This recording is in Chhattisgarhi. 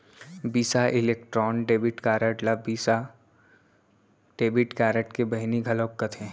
बिसा इलेक्ट्रॉन डेबिट कारड ल वीसा डेबिट कारड के बहिनी घलौक कथें